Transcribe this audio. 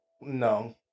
No